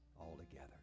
altogether